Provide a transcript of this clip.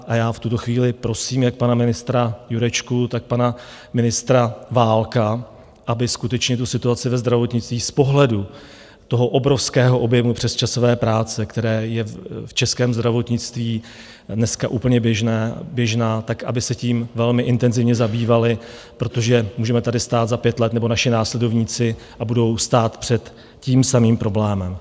A v tuto chvíli prosím jak pana ministra Jurečku, tak pana ministra Válka, aby skutečně situaci ve zdravotnictví z pohledu obrovského objemu přesčasové práce, která je v českém zdravotnictví dneska úplně běžná, aby se tím velmi intenzivně zabývali, protože můžeme tady stát za pět let nebo naši následovníci a budou stát před tím samým problémem.